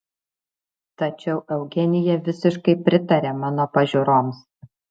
tačiau eugenija visiškai pritarė mano pažiūroms